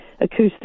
acoustic